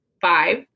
five